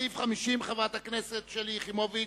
לסעיף 50, חברת הכנסת שלי יחימוביץ?